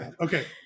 Okay